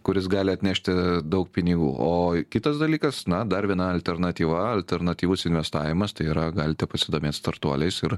kuris gali atnešti daug pinigų o kitas dalykas na dar viena alternatyva alternatyvus investavimas tai yra galite pasidomėt startuoliais ir